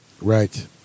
Right